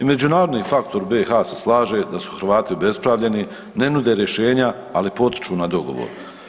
I međunarodni faktor BiH-a se slaže da su Hrvati obespravljeni, ne nude rješenja ali potiču na dogovor.